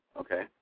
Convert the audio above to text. okay